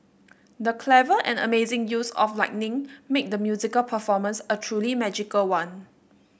the clever and amazing use of lighting made the musical performance a truly magical one